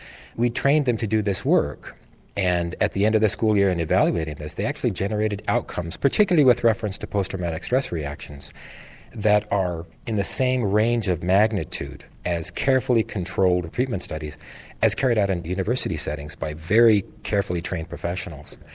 we trained them to do this work and at the end of their school year and evaluated this. they actually generated outcomes, particularly with reference to post traumatic stress reactions that are in the same range of magnitude as carefully controlled treatment studies as carried out in a university settings by very carefully trained professionals.